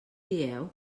dieu